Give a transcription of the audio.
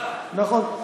נכון.